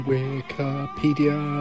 Wikipedia